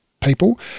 people